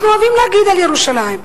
אנחנו אוהבים לדבר על ירושלים.